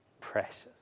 precious